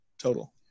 total